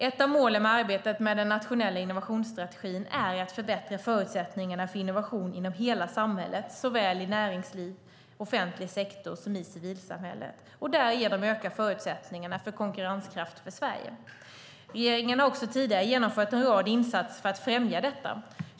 Ett av målen med arbetet med den nationella innovationsstrategin är att förbättra förutsättningarna för innovation inom hela samhället, såväl i näringsliv och offentlig sektor som i civilsamhället, och därigenom öka förutsättningarna för konkurrenskraften för Sverige. Regeringen har också tidigare genomfört en rad insatser för att främja detta.